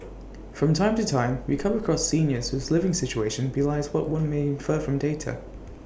from time to time we come across seniors whose living situation belies what one may infer from data